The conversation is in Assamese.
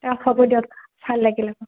হ'ব দিয়ক ভাল লাগিল